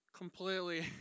Completely